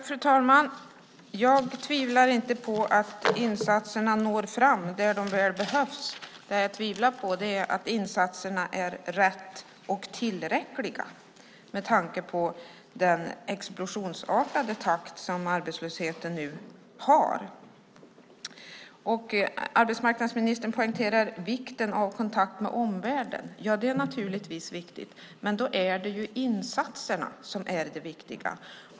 Fru talman! Jag tvivlar inte på att insatserna når fram där de behövs. Det jag tvivlar på är om insatserna är rätta och tillräckliga med tanke på den explosionsartade takt som ökningen av arbetslösheten nu har. Arbetsmarknadsministern poängterar vikten av kontakt med omvärlden. Det är naturligtvis riktigt, men då är det insatserna som är det viktiga.